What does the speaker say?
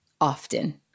often